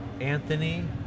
Anthony